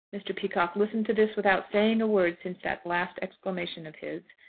mr. peacocke listened to this without saying a word since that last exclamation of his.